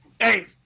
Hey